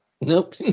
nope